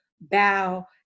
bow